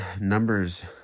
numbers